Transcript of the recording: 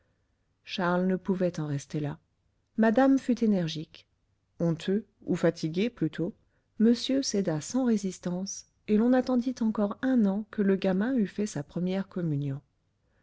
charles ne pouvait en rester là madame fut énergique honteux ou fatigué plutôt monsieur céda sans résistance et l'on attendit encore un an que le gamin eût fait sa première communion